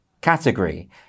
category